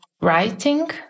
writing